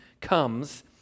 comes